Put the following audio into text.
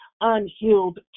unhealed